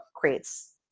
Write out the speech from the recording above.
creates